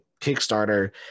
Kickstarter